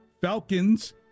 Falcons